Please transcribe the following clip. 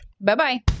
Bye-bye